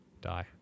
Die